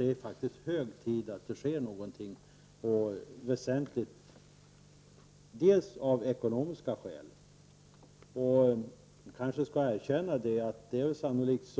Det är faktiskt hög tid att det sker någonting väsentligt på detta område bl.a. av ekonomiska skäl. Det kanske skall erkännas att det sannolikt